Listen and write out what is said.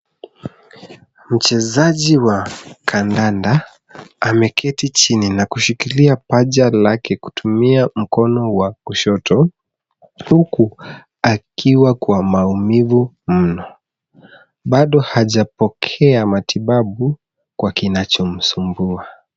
Mchezaji wa kandanda ameketi chini na kushikilia paja lake kutumia mkono wa kushoto huku akiwa kwa maumivu mno, bado hajapokea matibabu kwa kinachomsumbua.